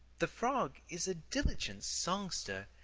the frog is a diligent songster,